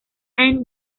anne